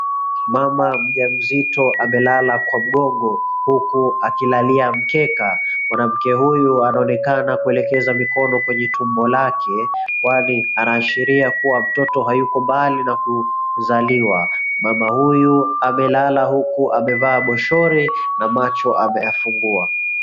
Mama mjamzito amelala kwa mgongo huku akilalia mkeka. Mwanamke huyu anaonekana kuelekeza mikono kwenye tumbo lake kwani anaashiria kuwa mtoto hayuko mbali na kuzaliwa. Mama huyu amelala huku amevaa boshori na macho ameyafungua.